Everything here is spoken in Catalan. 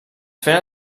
feren